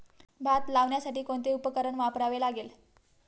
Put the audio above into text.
भात लावण्यासाठी कोणते उपकरण वापरावे लागेल?